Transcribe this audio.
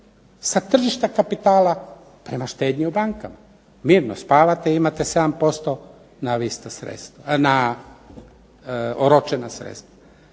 sa tržišta kapitala prema štednji u bankama. Mirno spavate, imate 7% na oročena sredstva.